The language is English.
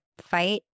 fight